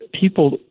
people